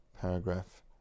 paragraph